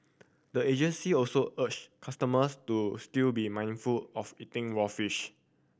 the agency also urged customers to still be mindful of eating raw fish